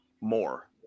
more